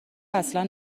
اصلا